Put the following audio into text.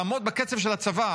לעמוד בקצב של הצבא.